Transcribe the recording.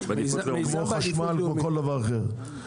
כמו חשמל וכל דבר אחר.